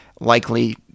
likely